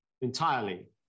entirely